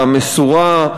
המסורה,